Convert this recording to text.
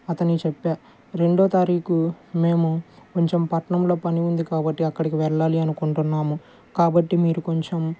అతనికి చెప్పాను రెండో తారీఖు మేము కొంచెం పట్టణంలో పని ఉంది కాబట్టీ అక్కడికి వెళ్ళాలి అనుకుంటున్నాము కాబట్టీ మీరు కొంచెం